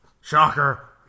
Shocker